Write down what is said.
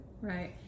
Right